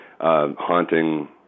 haunting